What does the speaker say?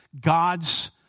God's